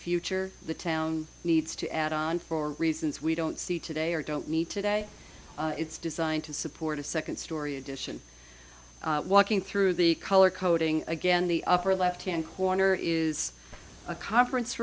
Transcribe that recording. future the town needs to add on for reasons we don't see today or don't need today it's designed to support a second story addition walking through the color coding again the upper left hand corner is a conference